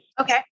Okay